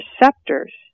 receptors